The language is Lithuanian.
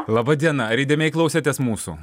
laba diena ar įdėmiai klausėtės mūsų